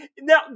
Now